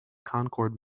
concord